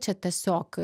čia tiesiog